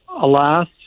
alas